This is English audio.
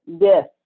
yes